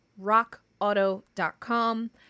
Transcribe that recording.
rockauto.com